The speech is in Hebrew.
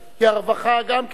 כי הרווחה גם כן,